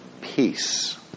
peace